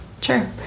Sure